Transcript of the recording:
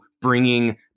bringing